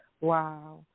Wow